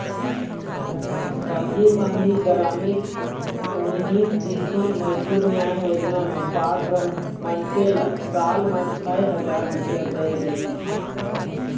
राजीव गांधी गरामीन भूमिहीन कृषि मजदूर न्याय योजना म पात्र मनखे ल साल म छै हजार रूपिया देय जाही